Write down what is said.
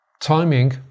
timing